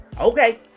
Okay